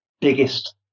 biggest